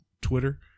Twitter